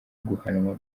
guhanwa